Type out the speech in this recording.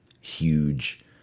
huge